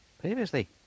Previously